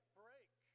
break